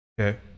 Okay